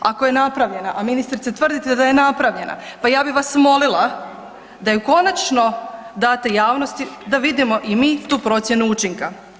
Ako je napravljena, a ministrice tvrdite da je napravljena, pa ja bih vas molila da ju konačno date javnosti da vidimo i mi tu procjenu učinka.